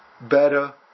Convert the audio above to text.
better